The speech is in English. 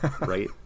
Right